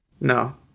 no